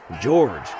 George